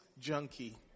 junkie